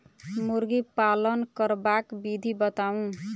मुर्गी पालन करबाक विधि बताऊ?